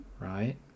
right